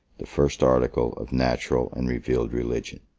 the first article of natural and revealed religion.